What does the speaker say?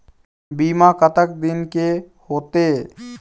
बीमा कतक दिन के होते?